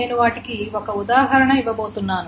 నేను వాటికి ఒక ఉదాహరణ ఇవ్వబోతున్నాను